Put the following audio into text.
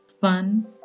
fun